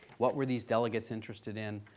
what were these delegates interested in?